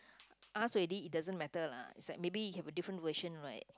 ask already it doesn't matter lah is like maybe you have a different version right